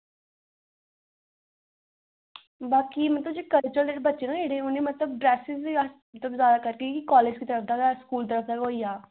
बाकी जेह्के कल्चर बच्चें दे उनेंगी मतलब ड्रैसेज़ बगैरा मतलब कि कॉलेज़ दी तरफा स्कूल दी तरफा गै होई जा